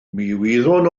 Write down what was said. wyddwn